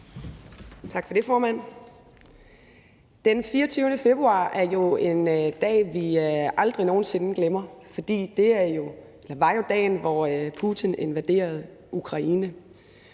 Tak for det, formand. Den 24. februar er jo en dag, vi aldrig nogen sinde glemmer, for det var jo dagen, hvor Putin invaderede Ukraine,